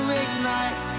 ignite